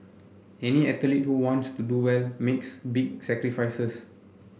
any athlete who wants to do well makes big sacrifices